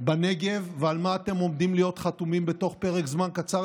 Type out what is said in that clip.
בנגב ועל מה אתם עומדים להיות חתומים בתוך פרק זמן קצר,